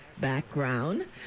background